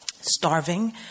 starving